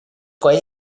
quei